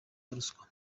ruswa